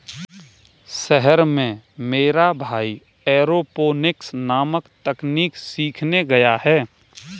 शहर में मेरा भाई एरोपोनिक्स नामक तकनीक सीखने गया है